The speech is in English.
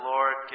Lord